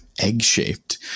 egg-shaped